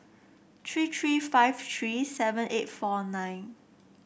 three three five three seven eight four nine